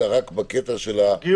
אלא רק בקטע של הביקורת.